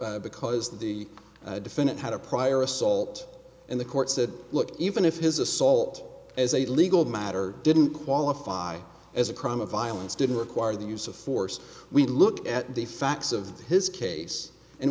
r because the defendant had a prior assault and the court said look even if his assault as a legal matter didn't qualify as a crime of violence didn't require the use of force we look at the facts of his case and